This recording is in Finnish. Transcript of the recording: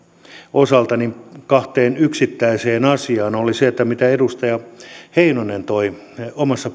osalta kahteen yksittäiseen asiaan todella hienoa oli se mitä edustaja heinonen toi omassa